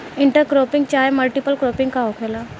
Inter cropping चाहे multiple cropping का होखेला?